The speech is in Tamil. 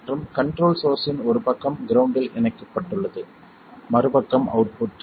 மற்றும் கண்ட்ரோல் சோர்ஸ் இன் ஒரு பக்கம் கிரவுண்ட்டில் இணைக்கப்பட்டுள்ளது மறுபக்கம் அவுட்புட்